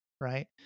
right